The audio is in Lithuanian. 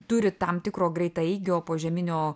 turi tam tikro greitaeigio požeminio